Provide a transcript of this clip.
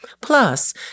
Plus